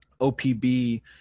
OPB